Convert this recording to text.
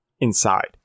inside